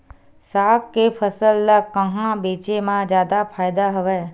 साग के फसल ल कहां बेचे म जादा फ़ायदा हवय?